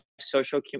social